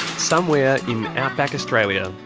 somewhere in outback australia,